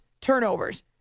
turnovers